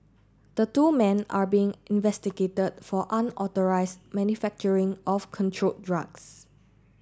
the two men are being investigated for unauthorised manufacturing of controlled drugs